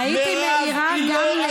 שאגב,